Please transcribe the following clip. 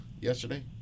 yesterday